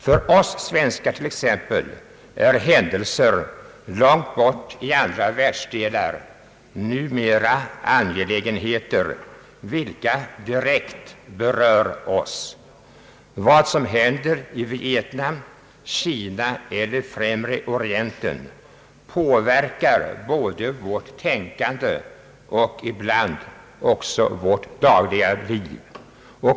För oss svenskar t.ex. är händelser långt bort i andra världsdelar numera angelägenheter vilka direkt berör oss. Vad som händer i Vietnam, i Kina eller i Främre Orienten påverkar både vårt tänkande och ibland också vårt dagliga liv.